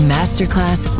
Masterclass